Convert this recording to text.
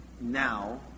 Now